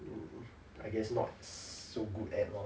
mm I guess not so good at loh